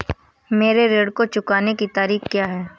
मेरे ऋण को चुकाने की तारीख़ क्या है?